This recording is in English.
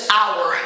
hour